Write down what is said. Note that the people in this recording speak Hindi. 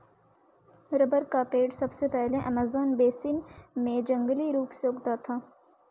रबर का पेड़ सबसे पहले अमेज़न बेसिन में जंगली रूप से उगता था